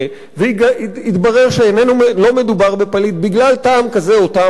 ויתברר שלא מדובר בפליט בגלל טעם כזה או טעם אחר,